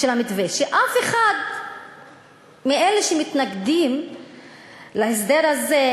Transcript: שאף אחד מאלה שמתנגדים להסדר הזה,